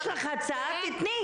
יש לך הצעה, תתני.